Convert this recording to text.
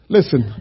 Listen